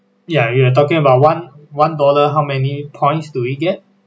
ya you're talking about one one dollar how many points do we get